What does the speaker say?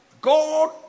God